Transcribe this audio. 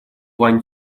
ван